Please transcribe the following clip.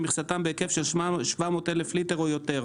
שמכסתם היא בהיקף של 700 אלף ליטר או יותר,